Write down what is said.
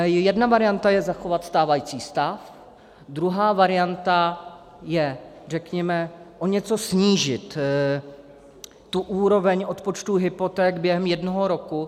Jedna varianta je zachovat stávající stav, druhá varianta je, řekněme, o něco snížit tu úroveň odpočtu hypoték během jednoho roku.